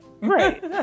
right